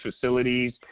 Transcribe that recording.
facilities